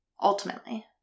Ultimately